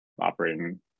operating